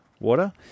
water